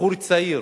בחור צעיר